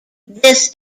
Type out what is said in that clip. this